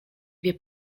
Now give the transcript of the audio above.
wie